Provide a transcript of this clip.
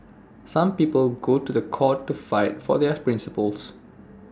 some people go to The Court to fight for their principles